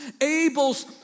Abel's